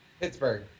Pittsburgh